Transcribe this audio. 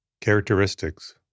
Characteristics